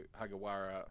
Hagawara